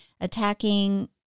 attacking